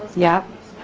yep.